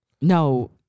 no